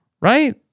right